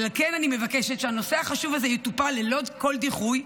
ועל כן אני מבקשת שהנושא החשוב הזה יטופל ללא כל דיחוי,